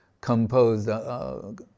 composed